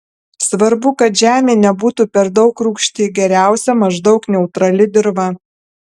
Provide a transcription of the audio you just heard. svarbu kad žemė nebūtų per daug rūgšti geriausia maždaug neutrali dirva